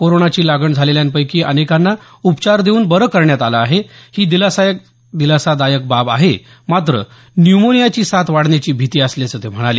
कोरोनाची लागण झालेल्यांपैकी अनेकांना उपचार देऊन बरं करण्यात आलं आहे ही दिलासादायक बाब आहे मात्र न्युमोनियाची साथ वाढण्याची भिती असल्याचं ते म्हणाले